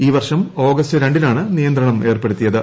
ഇൌവർഷം August രണ്ടിനാണ് നിയന്ത്രണമേർപ്പെടുത്തിയത്